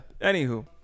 Anywho